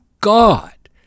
God